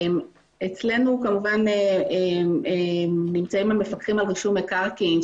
אצלנו כמובן נמצאים המפקחים על רישום מקרקעין,